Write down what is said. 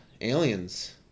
Aliens